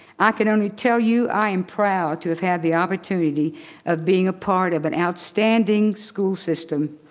i can only tell you i am proud to have had the opportunity of being a part of an outstanding school system,